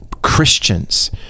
christians